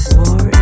war